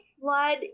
flood